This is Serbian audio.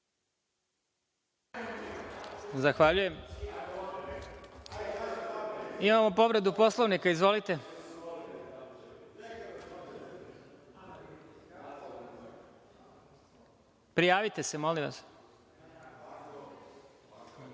Zahvaljujem. Imamo povredu Poslovnika, izvolite, prijavite se molim vas.